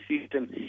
system